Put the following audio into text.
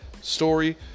story